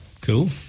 Cool